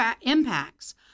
impacts